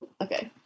Okay